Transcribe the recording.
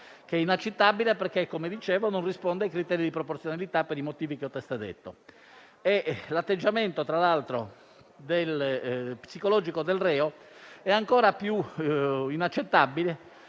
che è inaccettabile perché, come dicevo, non risponde ai criteri di proporzionalità per i motivi che ho testé detto. Tra l'altro, l'atteggiamento psicologico del reo è ancora più inaccettabile